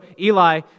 Eli